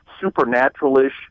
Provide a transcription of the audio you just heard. supernatural-ish